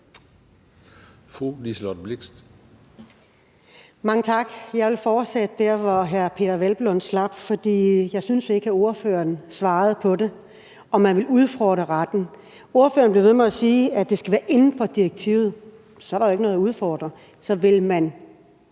Mange tak. Jeg vil fortsætte der, hvor hr. Peder Hvelplund slap, for jeg synes ikke, at ordføreren svarede på, om man vil udfordre retten. Ordføreren bliver ved med at sige, at det skal være inden for direktivet. Men så er der jo ikke noget at udfordre. Så vil man